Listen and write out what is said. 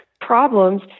problems